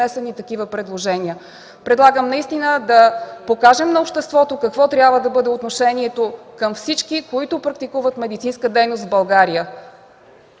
внесени такива предложения. Предлагам наистина да покажем на обществото какво трябва да бъде отношението към всички, които практикуват медицинска дейност в България!